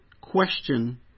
question